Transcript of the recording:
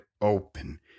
open